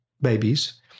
babies